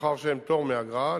מאחר שאין פטור מאגרה,